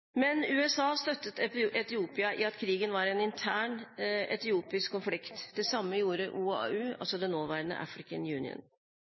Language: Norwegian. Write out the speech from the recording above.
Men USA støttet Etiopia i at krigen var en intern etiopisk konflikt. Det samme gjorde OAU, den nåværende African Union.